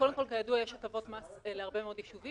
קודם כל, כידוע יש הטבות מס להרבה מאוד יישובים